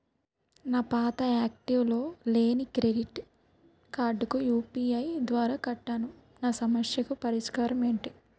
నా పాత యాక్టివ్ లో లేని క్రెడిట్ కార్డుకు యు.పి.ఐ ద్వారా కట్టాను నా సమస్యకు పరిష్కారం ఎంటి?